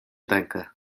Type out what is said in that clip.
rękę